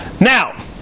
Now